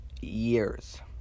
years